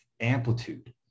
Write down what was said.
amplitude